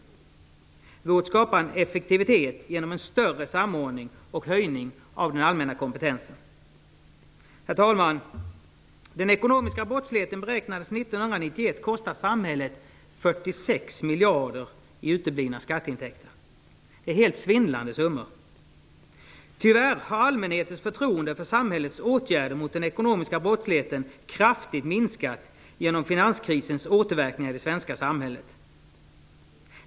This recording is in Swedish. Det vore att skapa en effektivitet genom en större samordning och höjning av den allmänna kompetensen. Herr talman! Den ekonomiska brottsligheten beräknades 1991 kosta samhället 46 miljarder i uteblivna skatteintäkter. Det är helt svindlande summor. Tyvärr har allmänhetens förtroende för samhällets åtgärder mot den ekonomiska brottsligheten kraftigt minskat genom finanskrisens återverkningar i det svenska samhället.